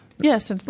Yes